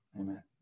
Amen